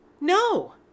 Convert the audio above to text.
no